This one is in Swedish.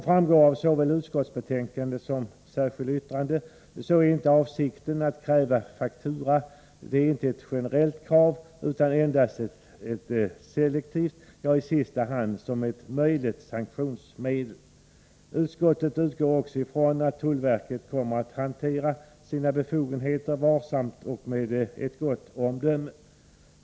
I både utskottsbetänkandet och det särskilda yttrandet framhålls att avsikten inte är att befogenheten att kräva faktura skall användas generellt utan endast selektivt — ja, i sista hand som ett möjligt sanktionsmedel. Utskottet utgår också från att tullverket kommer att hantera sina befogenhe ter varsamt och med gott omdöme.